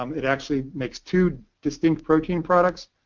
um it actually makes two distinct protein products.